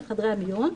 בחדרי המיון,